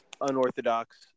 unorthodox